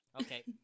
Okay